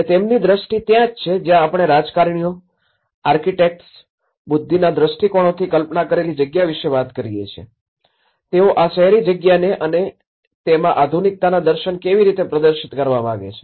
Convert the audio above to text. અને તેમની દ્રષ્ટિ ત્યાં જ છે કે જ્યાં આપણે રાજકારણીઓ આર્કિટેક્ટ્સ બુદ્ધિના દ્રષ્ટિકોણોથી કલ્પના કરેલી જગ્યા વિશે વાત કરીએ છીએ તેઓ આ શહેરી જગ્યાને અને અને તેમાં આધુનિકતાના દર્શન કેવી રીતે પ્રદર્શિત કરવા માંગે છે